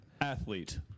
Athlete